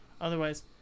Otherwise